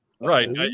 Right